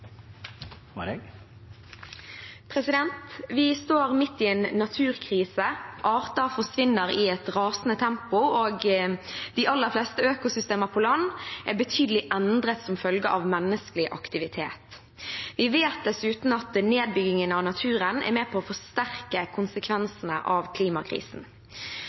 Vi står midt i en naturkrise, arter forsvinner i et rasende tempo, og de aller fleste økosystemer på land er betydelig endret som følge av menneskelig aktivitet. Vi vet dessuten at nedbyggingen av naturen er med på å forsterke konsekvensene av klimakrisen.